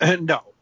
No